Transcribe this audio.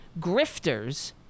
grifters